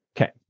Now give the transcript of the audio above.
Okay